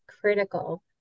critical